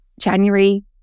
January